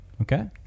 Okay